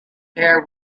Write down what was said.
there